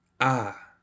Ah